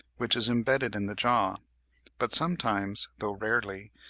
which is embedded in the jaw but sometimes, though rarely,